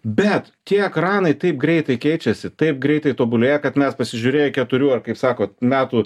bet tie ekranai taip greitai keičiasi taip greitai tobulėja kad mes pasižiūrėję keturių kaip sako metų